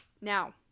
now